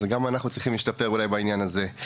גם אנחנו צריכים להשתפר בעניין הזה.